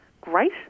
great